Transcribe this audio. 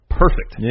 perfect